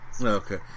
Okay